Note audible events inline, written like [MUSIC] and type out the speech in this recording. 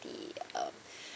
the uh [BREATH]